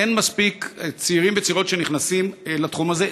אין מספיק צעירים וצעירות שנכנסים לתחום הזה,